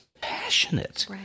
passionate